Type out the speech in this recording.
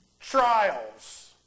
trials